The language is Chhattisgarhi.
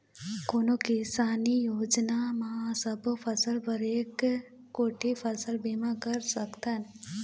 कोन किसानी योजना म सबों फ़सल बर एक कोठी फ़सल बीमा कर सकथन?